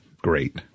great